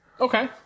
Okay